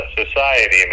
society